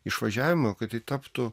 išvažiavimo kad jie taptų